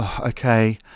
Okay